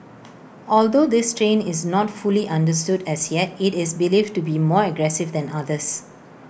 although this strain is not fully understood as yet IT is believed to be more aggressive than others